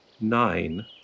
nine